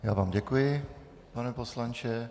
Já vám děkuji, pane poslanče.